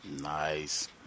Nice